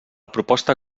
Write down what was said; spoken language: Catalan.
proposta